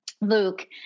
Luke